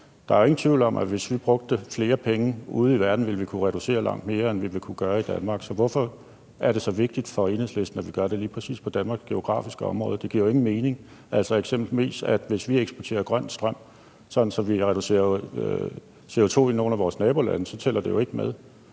Der er jo ingen tvivl om, at hvis vi brugte flere penge ude i verden, ville vi kunne reducere langt mere, end vi ville kunne gøre i Danmark, så hvorfor er det så vigtigt for Enhedslisten, at vi gør det lige præcis på Danmarks geografiske område? Det giver jo ingen mening. Altså, hvis vi eksempelvis eksporterer grøn strøm, så vi reducerer CO₂ i nogle af vores nabolande, tæller det jo ikke med.